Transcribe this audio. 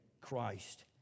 Christ